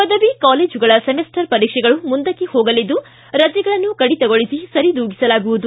ಪದವಿ ಕಾಲೇಜುಗಳ ಸೆಮಿಸ್ಟರ್ ಪರೀಕ್ಷೆಗಳು ಮುಂದಕ್ಕೆ ಹೊಗಲಿದ್ದು ರಜೆಗಳನ್ನು ಕಡಿತಗೊಳಿಸಿ ಸರಿದೂಗಿಸಲಾಗುವುದು